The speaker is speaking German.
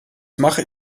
mache